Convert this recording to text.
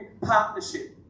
partnership